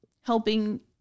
helping